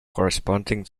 corresponding